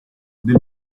del